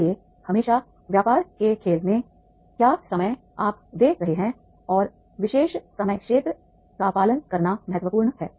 इसलिए हमेशा व्यापार के खेल में क्या समय आप दे रहे हैं और विशेष समय क्षेत्र का पालन करना महत्वपूर्ण है